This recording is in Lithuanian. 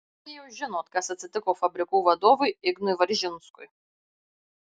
tai jau žinot kas atsitiko fabrikų vadovui ignui varžinskui